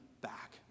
back